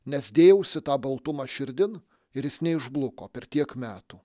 nes dėjausi tą baltumą širdin ir jis neišbluko per tiek metų